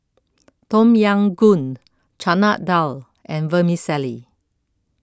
Tom Yam Goong Chana Dal and Vermicelli